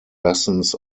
lessons